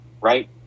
right